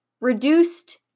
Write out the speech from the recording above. reduced